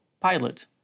pilot